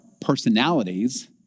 personalities